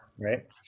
right